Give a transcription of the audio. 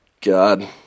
God